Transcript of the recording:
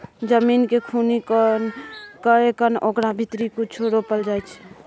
जमीन केँ खुनि कए कय ओकरा भीतरी कुछो रोपल जाइ छै